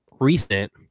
recent